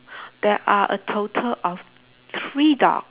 there are a total of three dog